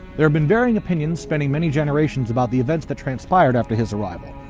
there have been varying opinions spanning many generations about the events that transpired after his arrival.